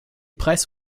preis